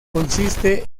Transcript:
consiste